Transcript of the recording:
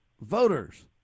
voters